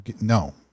No